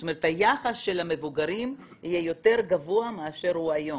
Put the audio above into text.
זאת אומרת היחס של המבוגרים יהיה יותר גבוה מאשר הוא היום